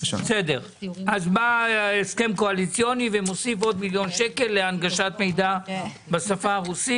בא הסכם קואליציוני ומוסיף עוד מיליון שקלים להנגשת מידע בשפה הרוסית.